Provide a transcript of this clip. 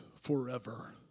forever